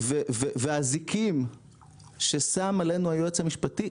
והאזיקים ששם עלינו היועץ המשפטי,